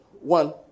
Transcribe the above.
one